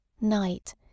Night